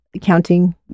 counting